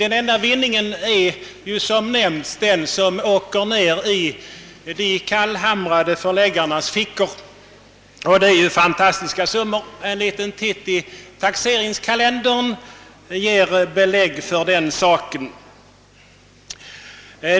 Den enda vinningen som nämnts är den som åker ner i de kallhamrade förläggarnas fickor, och det är fantastiska summor — en blick i taxeringskalendern ger belägg för den saken.